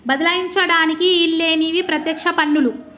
బదలాయించడానికి ఈల్లేనివి పత్యక్ష పన్నులు